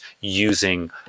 using